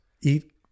eat